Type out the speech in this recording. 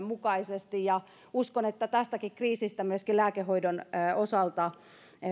mukaisesti uskon että tästäkin kriisistä myöskin lääkehoidon osalta